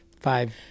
five